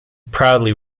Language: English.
proudly